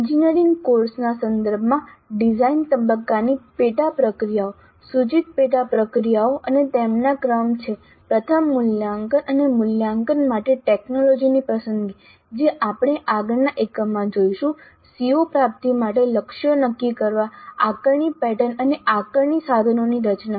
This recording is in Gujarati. એન્જિનિયરિંગ કોર્સના સંદર્ભમાં ડિઝાઇન તબક્કાની પેટા પ્રક્રિયાઓ સૂચિત પેટા પ્રક્રિયાઓ અને તેમનો ક્રમ છે પ્રથમ મૂલ્યાંકન અને મૂલ્યાંકન માટે ટેકનોલોજીની પસંદગી જે આપણે આગળના એકમમાં જોઈશું CO પ્રાપ્તિ માટે લક્ષ્યો નક્કી કરવા આકારણી પેટર્ન અને આકારણી સાધનોની રચના